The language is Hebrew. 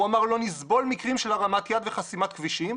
הוא אמר 'לא נסבול מקרים של הרמת יד וחסימת כבישים,